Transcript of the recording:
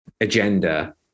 agenda